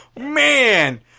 man